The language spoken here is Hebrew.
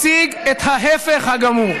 ישיג את ההפך הגמור.